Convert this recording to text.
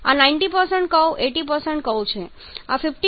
આ 90 curve 80 curve છે